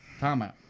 Timeout